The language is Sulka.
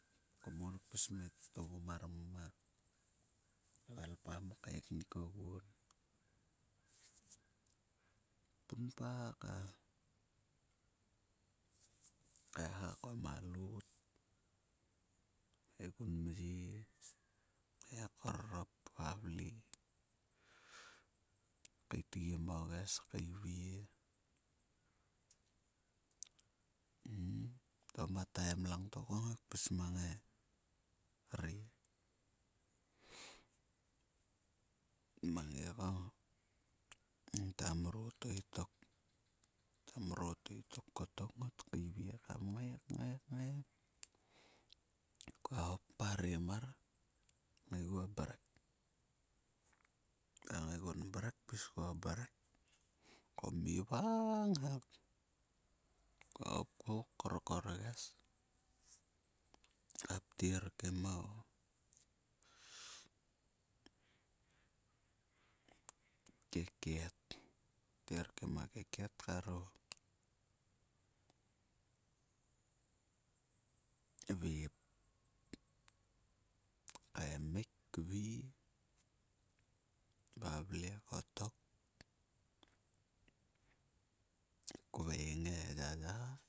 Kum koul kpis mang e titou mar mo velpam kaeknik oguan. Punpa ka kaeha ko ma loot. Kngai gun mhe kngai korrop kvalve. Keitgi mo ges keivie. To ma taim lengto ku ngai kpis mang erir o mangi ko ngata mrot o itok. Ngota mrot o itok kottok ngot keivie kam ngai. Kua hop parem ma kngaigio mrek. Ku ngaiguo mrek pis kuo mrek ku mi vang hak. Kua hopku korkorges ka ptir kim o keket. Ptir kim a keket kar o vep. Kaemik vivavle kottok. Kveng e yaya.